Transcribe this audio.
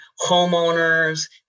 homeowners